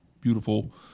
beautiful